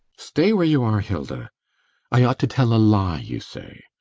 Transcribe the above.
stay where you are, hilda i ought to tell a lie, you say.